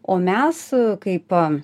o mes kaip